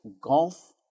golf